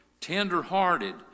tender-hearted